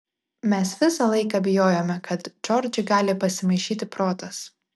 mes visą laiką bijojome kad džordžui gali pasimaišyti protas